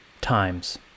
Times